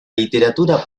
literatura